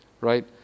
Right